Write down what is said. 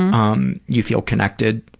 um you feel connected,